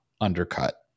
undercut